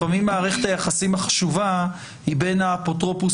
לפעמים מערכת היחסים החשובה היא בין האפוטרופוס